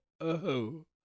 oh